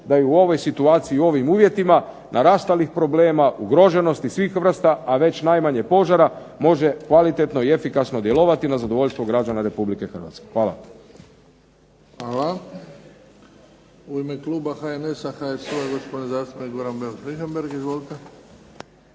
da je u ovoj situaciji u ovim uvjetima, narastalih problema ugroženosti svih vrsta a već najmanje požara može kvalitetno i efikasno djelovati na zadovoljstvo građana Republike Hrvatske. Hvala. **Bebić, Luka (HDZ)** Hvala. U ime Kluba HNS-a HSU gospodin zastupnik Goran BEus Richembergh.